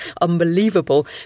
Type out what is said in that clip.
unbelievable